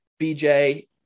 BJ